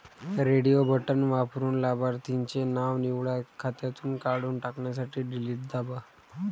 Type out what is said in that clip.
radio button वापरून लाभार्थीचे नाव निवडा, खात्यातून काढून टाकण्यासाठी डिलीट दाबा